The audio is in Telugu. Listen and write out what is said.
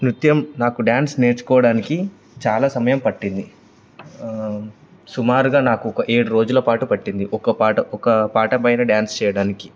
నృత్యం నాకు డ్యాన్స్ నేర్చుకోవడానికి చాలా సమయం పట్టింది సుమారుగా నాకు ఒక ఏడు రోజుల పాటు పట్టింది ఒక పాట ఒక పాట పైన డ్యాన్స్ చేయడానికి